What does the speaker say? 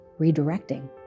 redirecting